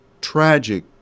Tragic